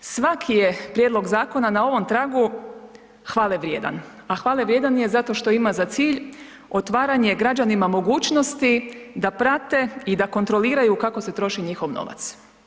Svaki je prijedlog zakona na ovom tragu hvale vrijedan, a hvale vrijedan je zato što ima za cilj otvaranje građanima mogućnosti da prate i da kontroliraju kako se troši njihov novac.